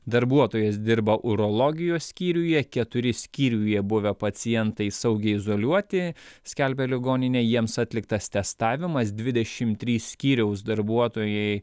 darbuotojas dirba urologijos skyriuje keturi skyriuje buvę pacientai saugiai izoliuoti skelbia ligoninė jiems atliktas testavimas dvidešim trys skyriaus darbuotojai